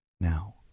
Now